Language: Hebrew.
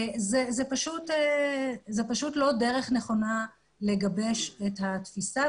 זה פשוט לא דרך נכונה לגבש את התפיסה.